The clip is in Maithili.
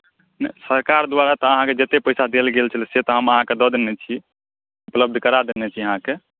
सरकार द्वारा तऽ अहाँकेँ जतेक पैसा देल गेल छले से तऽ हम अहाँकेँ दऽ देने छी उपलब्ध करा देने छी अहाँकेँ